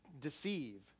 deceive